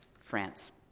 France